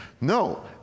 No